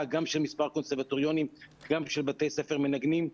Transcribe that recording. גם של מספר קונסרבטוריונים וגם של בתי ספר מנגנים,